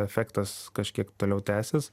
efektas kažkiek toliau tęsis